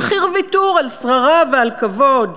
במחיר ויתור על שררה ועל כבוד.